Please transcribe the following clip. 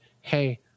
Hey